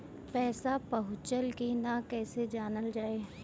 पैसा पहुचल की न कैसे जानल जाइ?